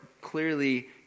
clearly